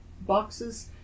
boxes